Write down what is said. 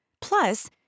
plus